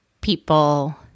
people